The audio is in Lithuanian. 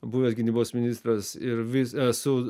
buvęs gynybos ministras ir vis su